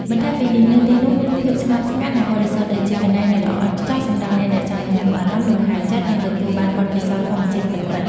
បន្ថែមពីនេះ នៅទីនោះមាន ភាពស្ងប់ស្ងាត់ និងបរិសុទ្ធ ដែលជាកន្លែងដ៏ល្អឥតខ្ចោះសម្រាប់អ្នកដែលចង់បន្ធូរអារម្មណ៍ លំហែចិត្ត និងទទួលបានបទពិសោធន៍ធម្មជាតិពិតៗ។